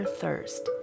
thirst